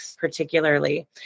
particularly